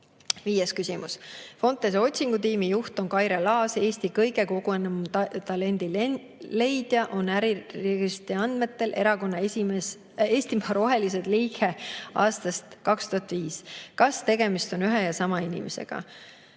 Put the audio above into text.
Viies küsimus: "Fontese otsingutiimi juht on Kaire Laas. "Eesti kõige kogenum talendileidja" on äriregistri andmetel Erakonna Eestimaa Rohelised liige aastast 2005. Kas tegemist on ühe ja sama inimesega?"